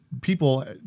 people